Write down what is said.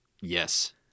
Yes